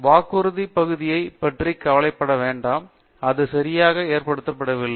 வாக்குறுதி பகுதியைப் பற்றி கவலைப்படவேண்டாம் அது சரியாக ஏற்றப்படவில்லை